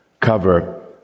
cover